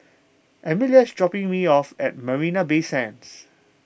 Emelia is dropping me off at Marina Bay Sands